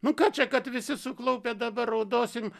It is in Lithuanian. nu ką čia kad visi suklaupę dabar naudosim